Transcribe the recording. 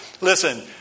Listen